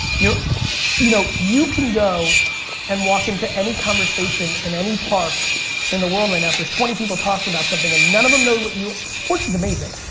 you know you can go and walk into any conversation in any park in the world right now, if there's twenty people talking about something and none of them know what you, sports is amazing.